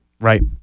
Right